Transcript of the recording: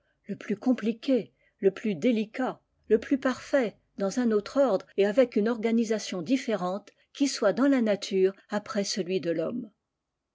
le plus compliqué le plus délicat le plus parfait dans un autre ordre et avec une organisation différente qui soit dans la nature après celui de l'homme